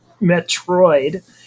metroid